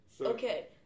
Okay